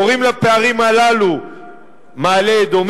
קוראים לפערים הללו מעלה-אדומים,